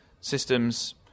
systems